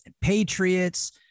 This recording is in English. patriots